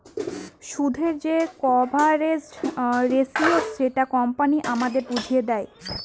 সুদের যে coverage ratio সেটা কোম্পানি আমাদের বুঝিয়ে দেয়